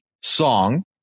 song